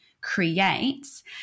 creates